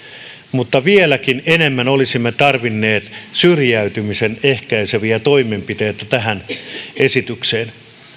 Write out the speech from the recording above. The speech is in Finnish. mutta vieläkin enemmän olisimme tarvinneet syrjäytymistä ehkäiseviä toimenpiteitä tähän esitykseen